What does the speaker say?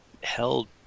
held